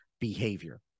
behavior